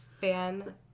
fan